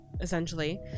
essentially